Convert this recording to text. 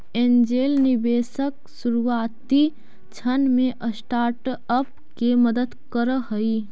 angel निवेशक शुरुआती क्षण में स्टार्टअप के मदद करऽ हइ